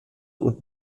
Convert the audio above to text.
und